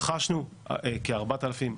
רכשנו כ-4,000.